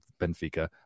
Benfica